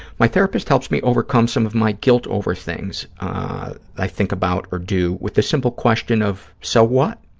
my therapist helps me overcome some of my guilt over things i think about or do with the simple question of, so what?